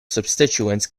substituents